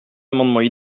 amendements